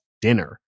dinner